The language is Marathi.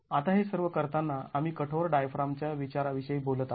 आता हे सर्व करताना आम्ही कठोर डायफ्रामच्या विचारा विषयी बोलत आहोत